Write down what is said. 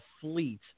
fleet